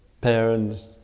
parents